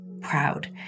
proud